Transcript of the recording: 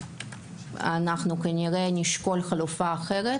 אנחנו כנראה נשקול חלופה אחרת,